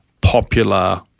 popular